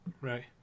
Right